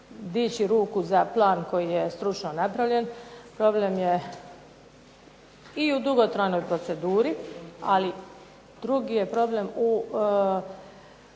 dići ruku za plan koji je stručno napravljen. Problem je i u dugotrajnoj proceduri, ali drugi je problem u